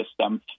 system